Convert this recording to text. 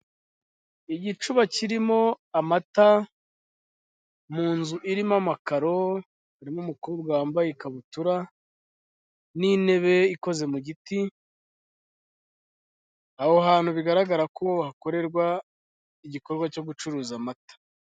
Igicuba kirimo amata, mu nzu irimo amakaro, harimo umukobwa wambaye ikabutura, n'intebe ikoze mu giti, aho hantu bigaragara ko hakorerwa igikorwa cyo gucuruza amata.